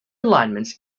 alignment